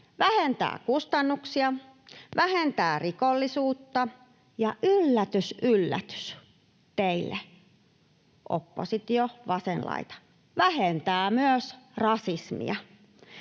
vähentää kustannuksia, vähentää rikollisuutta ja — yllätys, yllätys teille, oppositio, vasen laita — vähentää myös rasismia.